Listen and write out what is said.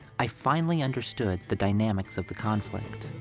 i finally understood the dynamics of the conflict.